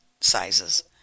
sizes